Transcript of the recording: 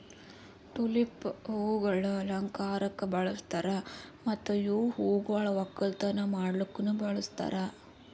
tulip ಹೂವುಗೊಳ್ ಅಲಂಕಾರಕ್ ಬಳಸ್ತಾರ್ ಮತ್ತ ಇವು ಹೂಗೊಳ್ ಒಕ್ಕಲತನ ಮಾಡ್ಲುಕನು ಬಳಸ್ತಾರ್